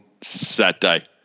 Saturday